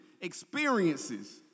experiences